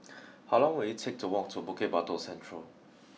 how long will it take to walk to Bukit Batok Central